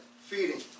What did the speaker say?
feeding